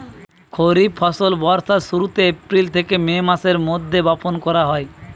খরিফ ফসল বর্ষার শুরুতে, এপ্রিল থেকে মে মাসের মধ্যে বপন করা হয়